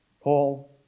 Paul